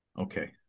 Okay